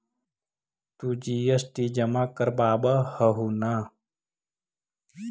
तु जी.एस.टी जमा करवाब हहु न?